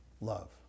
love